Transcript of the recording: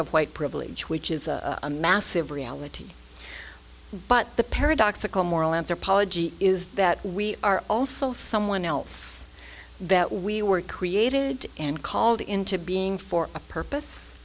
of white privilege which is a massive reality but the paradoxical moral anthropology is that we are also someone else that we work hated and called into being for a purpose